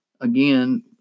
again